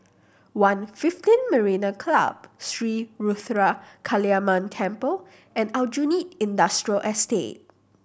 One fifteen Marina Club Sri Ruthra Kaliamman Temple and Aljunied Industrial Estate